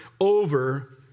over